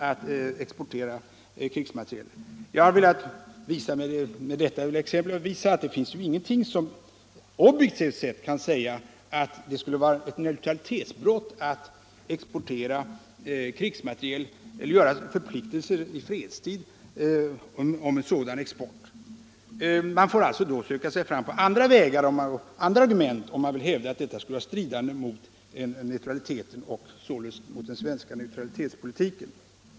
Jag har med detta exempel velat visa att det objektivt sett inte finns någonting som säger att det skulle vara neutralitetsbrott att exportera krigsmateriel eller att i fredstid förpliktiga sig till sådan export. Man får alltså söka andra argument om man vill hävda att denna export skulle strida mot den svenska neutralitetspolitiken.